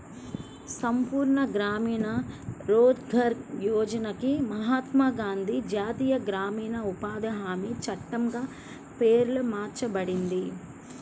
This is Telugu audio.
సంపూర్ణ గ్రామీణ రోజ్గార్ యోజనకి మహాత్మా గాంధీ జాతీయ గ్రామీణ ఉపాధి హామీ చట్టంగా పేరు మార్చబడింది